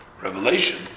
Revelation